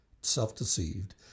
self-deceived